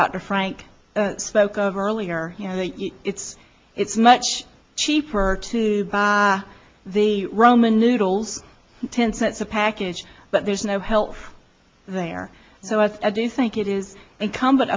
dr frank spoke of earlier you know it's it's much cheaper to buy the roman noodles ten cents a package but there's no help there so as i do think it is incumbent